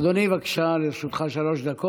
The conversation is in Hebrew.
אדוני, בבקשה, לרשותך שלוש דקות.